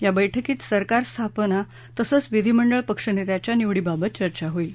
या बैठकीत सरकार स्थापना तसंच विधिमंडळ पक्षनेत्याच्या निवडीबाबत चर्चा होईल